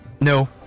No